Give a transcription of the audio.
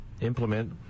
implement